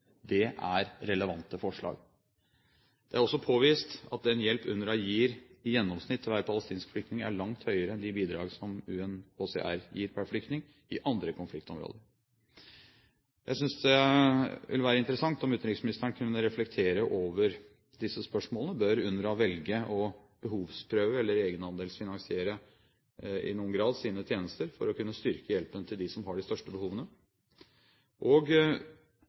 Det er relevante forslag. Det er også påvist at den hjelp UNRWA gir i gjennomsnitt til hver palestinsk flyktning, er langt høyere enn de bidrag som UNHCR gir per flyktning i andre konfliktområder. Jeg synes det ville være interessant om utenriksministeren kunne reflektere over spørsmålene: Bør UNRWA velge å behovsprøve eller egenandelsfinansiere i noen grad sine tjenester for å kunne styrke hjelpen til dem som har de største behovene? Og